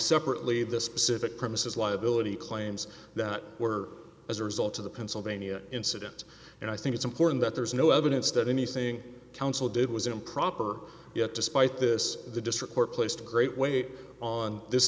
separately the specific premises liability claims that were as a result of the pennsylvania incident and i think it's important that there's no evidence that anything counsel did was improper yet despite this the district court placed great weight on this